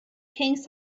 kings